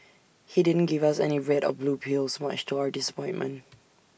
he didn't give us any red or blue pills much to our disappointment